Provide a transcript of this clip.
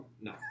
No